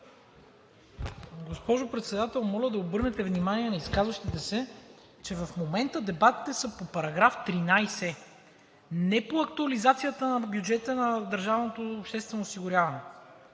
Госпожо Председател, моля да обърнете внимание на изказващите се, че в момента дебатите са по § 13, не по актуализацията на бюджета на